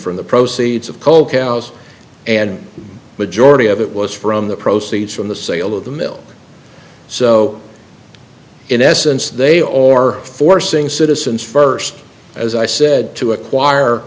from the proceeds of coal cows and majority of it was from the proceeds from the sale of the mill so in essence they all are forcing citizens first as i said to acquire